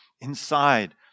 inside